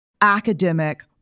academic